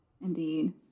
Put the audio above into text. Indeed